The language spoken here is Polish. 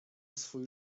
swój